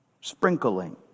sprinkling